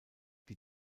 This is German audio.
die